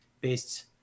based